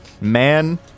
man